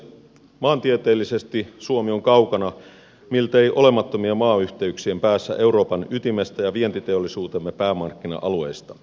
maantieteellisesti suomi on kaukana miltei olemattomien maayhteyksien päässä euroopan ytimestä ja vientiteollisuutemme päämarkkina alueista